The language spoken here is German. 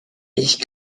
ich